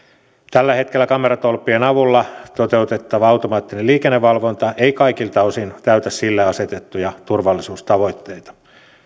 tällä hetkellä kameratolppien avulla toteutettava automaattinen liikennevalvonta ei kaikilta osin täytä sille asetettuja turvallisuustavoitteita